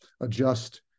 adjust